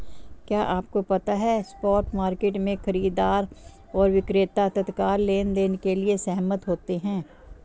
क्या आपको पता है स्पॉट मार्केट में, खरीदार और विक्रेता तत्काल लेनदेन के लिए सहमत होते हैं?